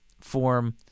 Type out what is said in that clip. form